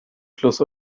fluss